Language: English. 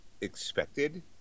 expected